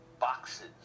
boxes